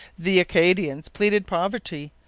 the acadians pleaded poverty,